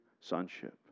sonship